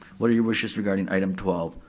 what are your wishes regarding item twelve?